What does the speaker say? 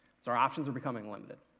so our options are becoming limited.